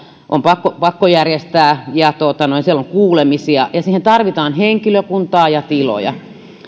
on pakko pakko järjestää ja siellä on kuulemisia ja siihen tarvitaan henkilökuntaa ja tiloja